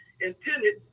intended